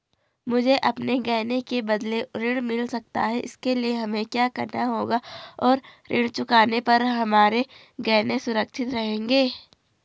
मुझे अपने गहने के बदलें ऋण मिल सकता है इसके लिए हमें क्या करना होगा और ऋण चुकाने पर हमारे गहने सुरक्षित रहेंगे?